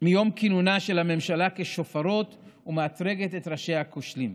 מיום כינונה של הממשלה כשופרות ומאתרגת את ראשיה הכושלים.